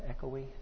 echoey